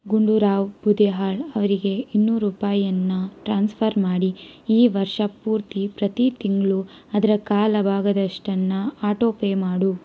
ಗುಂಡೂರಾವ್ ಬುದಿಹಾಳ್ ಅವರಿಗೆ ಇನ್ನೂರು ರೂಪಾಯನ್ನ ಟ್ರಾನ್ಸ್ಫರ್ ಮಾಡಿ ಈ ವರ್ಷ ಪೂರ್ತಿ ಪ್ರತಿ ತಿಂಗಳೂ ಅದರ ಕಾಲ ಭಾಗದಷ್ಟನ್ನು ಆಟೋ ಪೇ ಮಾಡು